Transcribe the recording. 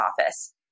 office